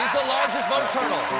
the largest vote turtle!